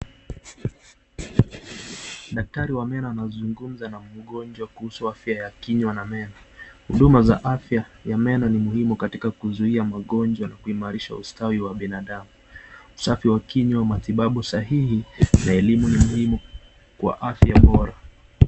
Daktari wa meno anazungumza na mgonjwa kuhusu afya ya kinywa Na Meno, huduma za afya ya Meno Ni muhumu katika kuzuia magonjwa Na kuimarisha ustawi katika mwili wa binadamu, usafi wa kinywa Na matibabu sahihi Na elimu Ni muhimu Kwa afya bora.